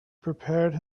prepared